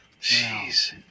Jeez